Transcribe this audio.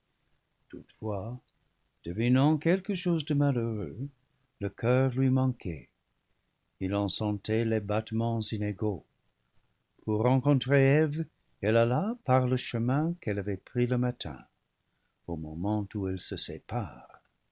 toutefois devinant quelque chose de malheureux le coeur lui manquait il en sentait les battements inégaux pour rencontrer eve il alla par le chemin qu'elle avait pris le matin au moment où ils se séparent